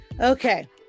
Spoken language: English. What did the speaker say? okay